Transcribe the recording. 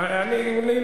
עשר דקות.